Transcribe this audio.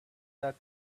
that